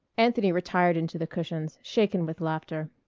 anthony retired into the cushions, shaken with laughter.